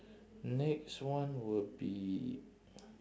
next one will be